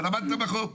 אבל עמדת בחוק.